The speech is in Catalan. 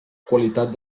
qualitat